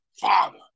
Father